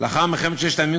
לאחר מלחמת ששת הימים,